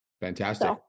Fantastic